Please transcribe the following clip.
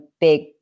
big